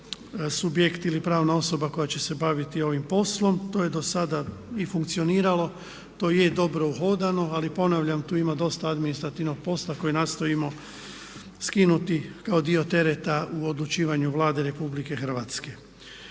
subjekt ili pravna osoba koja će se baviti ovim poslom. To je dosada i funkcioniralo, to je dobro uhodano ali ponavljam tu ima dosta administrativnog posla koji nastojimo skinuti kao dio tereta u odlučivanju Vlade Republike Hrvatske.